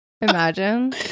Imagine